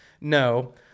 no